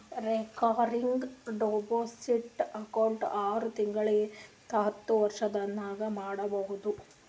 recurring deposit account ಆರು ತಿಂಗಳಿಂತ್ ಹತ್ತು ವರ್ಷತನಾನೂ ಮಾಡ್ಬೋದು